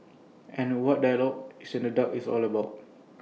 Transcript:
and that's what dialogue in the dark is all about